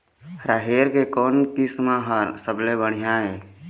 राहेर के कोन किस्म हर सबले बढ़िया ये?